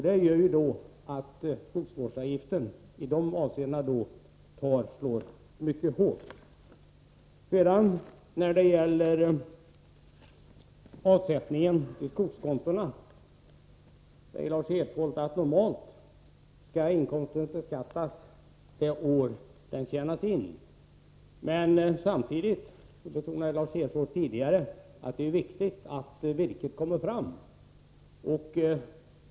Det får ju då till följd att skogsvårdsavgiften slår mycket hårt. När det gäller avsättning till skogskonto sade Lars Hedfors att inkomsten normalt skall beskattas det år den tjänas in. Samtidigt betonade han att det är viktigt att virket kommer fram.